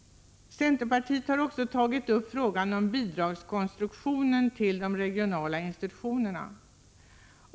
Centerpartiet har också tagit upp frågan om bidragskonstruktionen när det gäller de regionala kulturinstitutionerna.